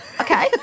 Okay